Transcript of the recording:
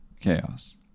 Chaos